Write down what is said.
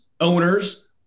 owners